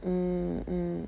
mm mm